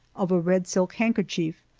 of a red silk handkerchief,